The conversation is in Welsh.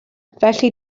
felly